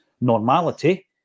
normality